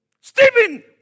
Stephen